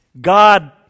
God